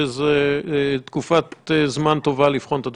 שזו תקופת זמן טובה לבחון את הדברים.